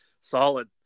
solid